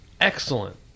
Excellent